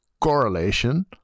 correlation